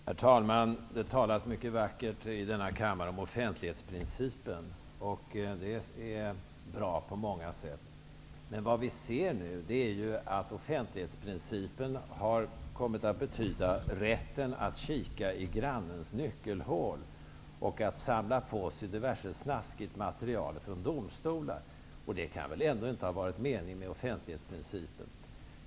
Herr talman! Det talas mycket vackert i denna kammare om offentlighetsprincipen. Det är bra på många sätt. Men vad vi nu ser är att offentlighetsprincipen har kommit att betyda rätten att kika i grannens nyckelhål och att samla på sig diverse snaskigt material från domstolarna. Det kan väl ändå inte ha varit meningen med offentlighetsprincipen?